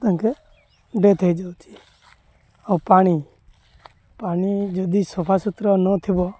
ତାଙ୍କେ ଡ଼େଥ୍ ହୋଇଯାଉଛି ଆଉ ପାଣି ପାଣି ଯଦି ସଫା ସୁତୁରା ନଥିବ